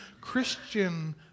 Christian